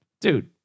dude